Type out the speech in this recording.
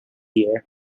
year